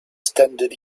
standard